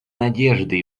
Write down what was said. надежды